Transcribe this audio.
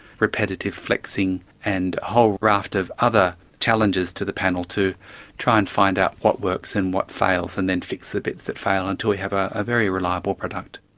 repetitive flexing and a whole raft of other challenges to the panel to try and find out what works and what fails and then picks the bits that fail until we have ah a very reliable product.